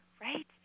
right